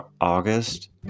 August